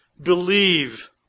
Believe